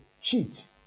cheat